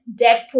Deadpool